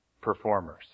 Performers